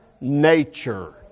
nature